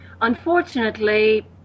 Unfortunately